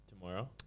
tomorrow